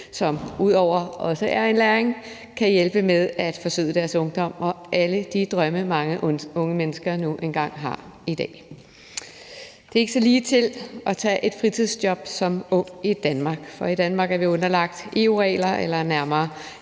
som også er en læring, og det kan hjælpe med at forsøde deres ungdom og alle de drømme, mange unge mennesker nu engang har i dag. Det er ikke så ligetil at tage et fritidsjob som ung i Danmark, for i Danmark er vi underlagt EU-regler eller nærmere